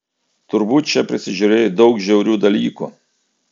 turbūt čia prisižiūrėjai daug žiaurių dalykų